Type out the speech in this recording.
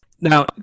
Now